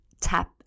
tap